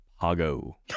pago